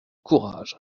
courage